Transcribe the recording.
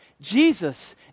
Jesus